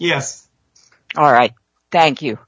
yes all right thank you